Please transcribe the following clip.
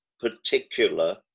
particular